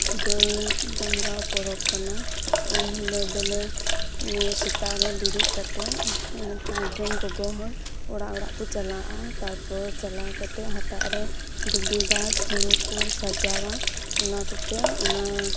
ᱜᱟᱹᱭ ᱰᱟᱝᱨᱟ ᱯᱚᱨᱚᱵᱽ ᱠᱟᱱᱟ ᱮᱱᱦᱤᱞᱳᱜ ᱫᱚᱞᱮ ᱥᱮᱛᱟᱜ ᱨᱮ ᱵᱮᱨᱮᱫ ᱠᱟᱛᱮᱜ ᱯᱟᱸᱪ ᱡᱚᱱ ᱜᱚᱜᱚ ᱦᱚᱲ ᱚᱲᱟᱜ ᱚᱲᱟᱜ ᱠᱚ ᱪᱟᱞᱟᱜᱼᱟ ᱛᱟᱨᱯᱚᱨ ᱪᱟᱞᱟᱣ ᱠᱟᱛᱮᱜ ᱫᱷᱩᱵᱤ ᱜᱷᱟᱥ ᱦᱩᱲᱩ ᱠᱚ ᱥᱟᱡᱟᱣᱟ ᱚᱱᱟ ᱠᱚᱛᱮ ᱚᱱᱟ